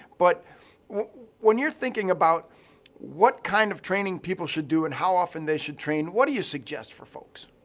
but when you're thinking about what kind of training people should do and how often they should train, what do you suggest for folks?